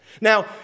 Now